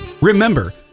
Remember